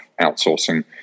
outsourcing